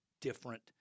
different